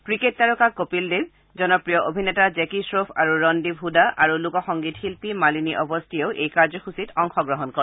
cricket তাৰকা কপিল দেৱ জনপ্ৰিয় অভিনেতা জেকী শ্ৰ'ফ আৰু ৰণদ্বীপ হুদা আৰু লোকসংগীত শিল্পী মালিনী অবস্তিয়েও এই কাৰ্যসূচীত অংশগ্ৰহণ কৰে